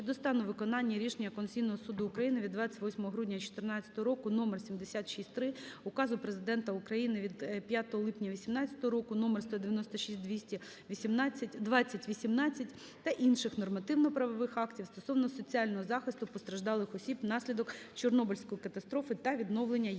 стану виконання рішення Конституційного Суду України від 28 грудня 14-го року № 76-III, Указу Президента України від 5 липня 18-го року № 196/2018 та інших нормативно-правових актів стосовно соціального захисту постраждалих осіб внаслідок Чорнобильської катастрофи та відновлення їх соціальних